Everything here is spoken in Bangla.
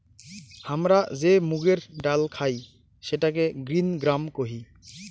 হামরা যে মুগের ডাল খাই সেটাকে গ্রিন গ্রাম কোহি